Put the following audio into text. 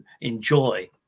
enjoy